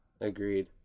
Agreed